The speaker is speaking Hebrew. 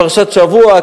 פרשת השבוע,